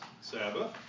Sabbath